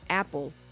Apple